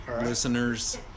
listeners